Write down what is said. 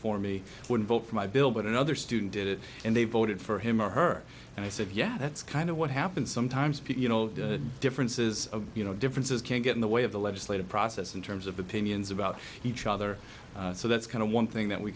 for me would vote for my bill but another student did it and they voted for him or her and i said yeah that's kind of what happened sometimes you know differences of you know differences can get in the way of the legislative process in terms of opinions about each other so that's kind of one thing that we